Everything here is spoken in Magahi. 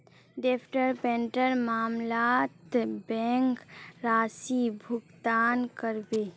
डैफर्ड पेमेंटेर मामलत बैंक राशि भुगतान करबे